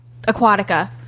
Aquatica